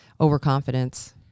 Overconfidence